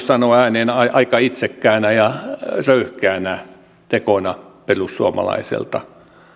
sanoa ääneen aika itsekkäänä ja röyhkeänä tekona perussuomalaiselta